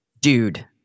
dude